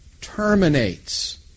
terminates